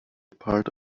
part